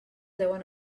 deuen